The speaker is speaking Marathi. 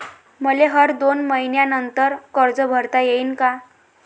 मले हर दोन मयीन्यानंतर कर्ज भरता येईन का?